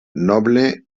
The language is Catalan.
noble